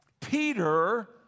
Peter